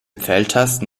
pfeiltasten